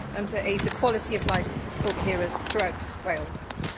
and to aid the quality of life for carers throughout wales?